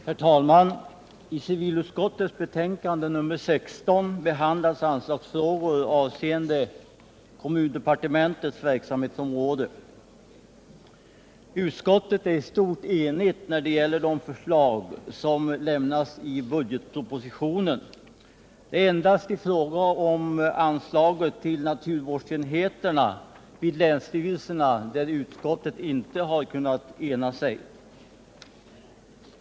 Herr talman! I civilutskottets betänkande nr 16 behandlas anslagsfrågor avseende kommundepartementets verksamhetsområde. Utskottet är i stort enigt när det gäller de förslag som lämnas i budgetpropositionen. Det är endast i fråga om anslag till naturvårdsenheterna vid länsstyrelserna som utskottet inte har kunnat enas.